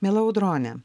miela audrone